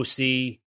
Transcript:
OC